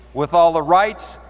with all the rights,